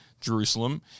Jerusalem